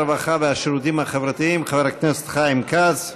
הרווחה והשירותים החברתיים חבר הכנסת חיים כץ.